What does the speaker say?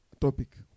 Topic